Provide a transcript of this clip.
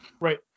Right